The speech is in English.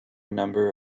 number